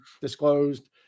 disclosed